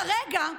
כרגע,